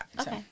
okay